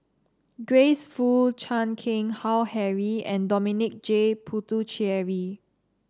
Grace Fu Chan Keng Howe Harry and Dominic J Puthucheary